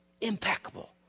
impeccable